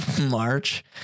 March